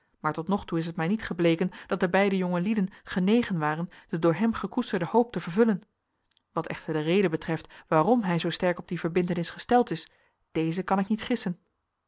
maar tot nog toe is het mij niet gebleken dat de beide jonge lieden genegen waren de door hem gekoesterde hoop te vervullen wat echter de reden betreft waarom hij zoo sterk op die verbintenis gesteld is deze kan ik niet gissen